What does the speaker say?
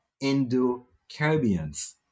Indo-Caribbeans